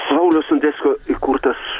sauliaus sondeckio įkurtas